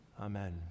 Amen